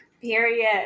Period